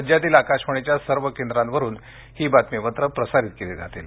राज्यातील आकाशवाणीच्या सर्व केंद्रांवरुन ही बातमीपत्र प्रसारित केली जातील